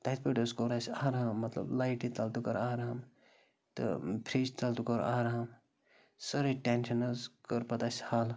تَتہِ پٮ۪ٹھ حظ کوٚر اَسہِ آرام مطلب لایٹہِ تَل تہٕ کوٚر آرام تہٕ فرٛج تَل تہٕ کوٚر آرام سٲرٕے ٹٮ۪نشَن حظ کٔر پَتہٕ اَسہِ حَل